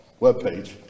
webpage